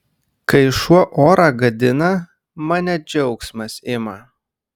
kai šuo orą gadina mane džiaugsmas ima